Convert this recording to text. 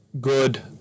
good